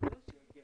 הישיבה